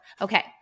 okay